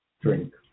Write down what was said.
drink